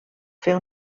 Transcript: fer